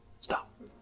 stop